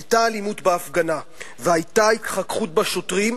היתה אלימות בהפגנה והיתה התחככות בשוטרים,